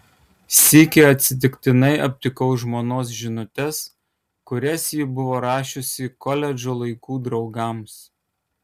sykį atsitiktinai aptikau žmonos žinutes kurias ji buvo rašiusi koledžo laikų draugams